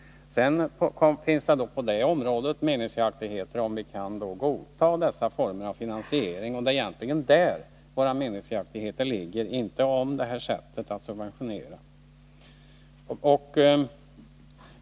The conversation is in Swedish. På det området finns det meningsskiljaktigheter huruvida vi kan godta dessa former av finansiering. Det är egentligen där våra meningsskiljaktigheter ligger, inte beträffande sättet att subventionera.